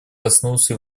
коснулся